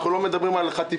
אנחנו לא מדברים על חטיפים.